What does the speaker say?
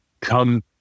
come